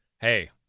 hey